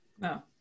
No